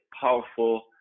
powerful